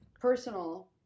personal